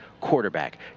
quarterback